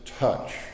Touch